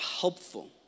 helpful